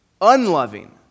unloving